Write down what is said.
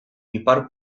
ipar